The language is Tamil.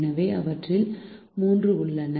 எனவே அவற்றில் மூன்று உள்ளன